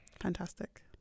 Fantastic